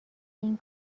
این